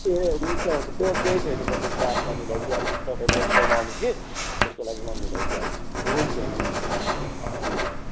ए हुन्छ हुन्छ त्यो केही छैन म त्यो त बादमा मिलाइदिई हाल्छु नि तपाईँहरू नेक्स्ट टाइम आउनुहोस् कि त्यसको लागि म मिलाइदिई हाल्छु हुन्छ हुन्छ हुन्छ हुन्छ राखेँ